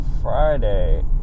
Friday